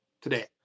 today